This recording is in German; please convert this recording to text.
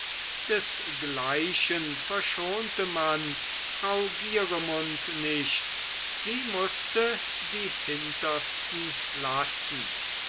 desgleichen verschonte man frau gieremund nicht sie mußte die hintersten lassen